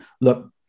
Look